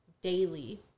daily